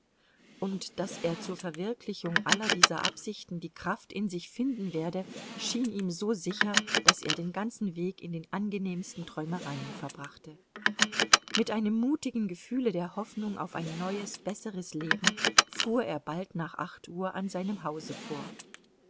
und daß er zur verwirklichung aller dieser absichten die kraft in sich finden werde schien ihm so sicher daß er den ganzen weg in den angenehmsten träumereien verbrachte mit einem mutigen gefühle der hoffnung auf ein neues besseres leben fuhr er bald nach acht uhr an seinem hause vor